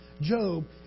Job